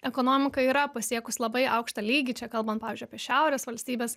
ekonomika yra pasiekus labai aukštą lygį čia kalbam pavyzdžiui apie šiaurės valstybes